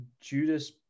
Judas